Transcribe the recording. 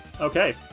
Okay